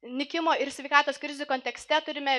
nykimo ir sveikatos krizių kontekste turime